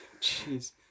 Jeez